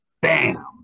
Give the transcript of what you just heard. bam